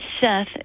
Seth